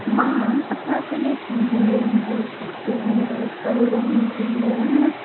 मां असां सॼी फैमिलीअ मुंहिंजी ससु मुंहिंजो सहुरो मुंहिंजी निणानु